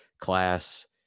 class